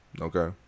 Okay